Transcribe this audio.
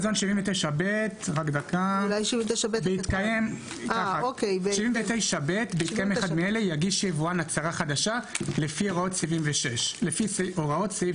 79(ב) בהתקיים אחד מאלה יגיש יבואן הצהרה חדשה לפי הוראות סעיף